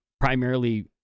primarily